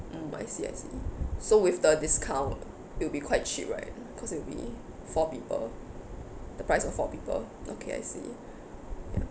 mm I see I see so with the discount will be quite cheap right cause it'll be four people the price of four people okay I see ya